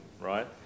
right